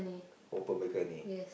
open balcony